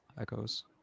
Echoes